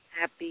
happy